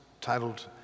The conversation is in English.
titled